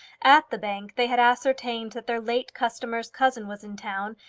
at the bank they had ascertained that their late customer's cousin was in town,